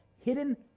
hidden